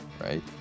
Right